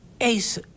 Ace